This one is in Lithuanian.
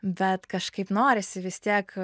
bet kažkaip norisi vis tiek